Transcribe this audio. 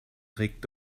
regt